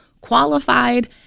qualified